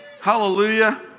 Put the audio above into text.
hallelujah